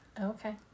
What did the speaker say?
Okay